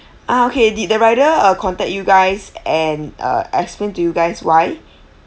ah okay did the rider uh contact you guys and uh explain to you guys why